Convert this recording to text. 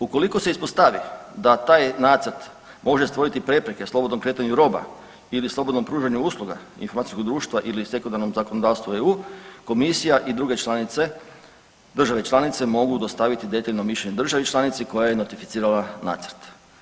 Ukoliko se ispostavi da taj nacrt može stvoriti prepreke slobodnom kretanju roba ili slobodnom pružanju usluga informacijskog društva ili sekundarnom zakonodavstvu EU Komisija i druge članice, države članice mogu dostaviti detaljno mišljenje državi članici koja je notificirala nacrt.